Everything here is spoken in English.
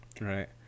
right